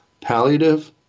Palliative